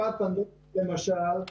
שפעת פנדמית, למשל,